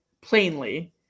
plainly